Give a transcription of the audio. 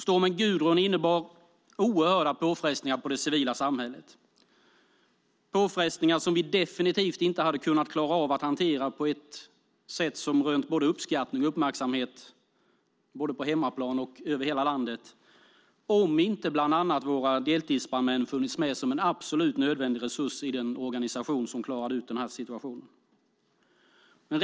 Stormen Gudrun innebar oerhörda påfrestningar på det civila samhället. Det var påfrestningar som vi definitivt inte hade kunnat klara av att hantera på ett sätt som hade rönt uppskattning och uppmärksamhet både på hemmaplan och över hela landet om inte bland annat våra deltidsbrandmän hade funnits med som en absolut nödvändig resurs i den organisation som klarade av situationen.